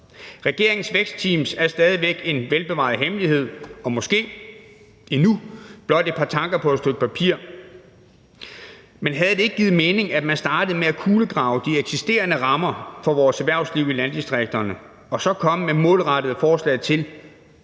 Regeringens vækstteams er stadig væk en velbevaret hemmelighed og måske endnu blot et par tanker på et stykke papir. Men havde det ikke givet mening, at man var startet med at kulegrave de eksisterende rammer for vores erhvervsliv i landdistrikterne og så kommet med målrettede forslag til,